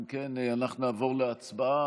אם כן, אנחנו נעבור להצבעה.